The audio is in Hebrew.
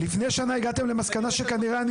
לפני שנה הגעתם למסקנה שכנראה אני